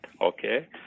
okay